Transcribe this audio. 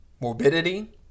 morbidity